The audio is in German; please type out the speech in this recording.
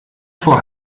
vor